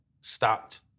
stopped